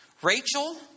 Rachel